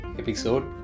episode